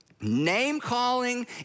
name-calling